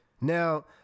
Now